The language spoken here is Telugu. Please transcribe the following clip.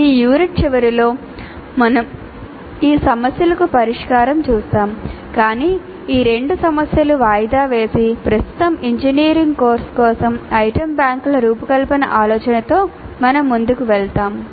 ఈ యూనిట్ చివరిలో మేము ఈ సమస్యలకు పరిష్కారం చూస్తాము కాని ఈ రెండు సమస్యలు వాయిదా వేసి ప్రస్తుతం ఇంజనీరింగ్ కోర్సు కోసం ఐటమ్ బ్యాంకుల రూపకల్పన ఆలోచనతో మేము ముందుకు వెళ్తాము